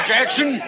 Jackson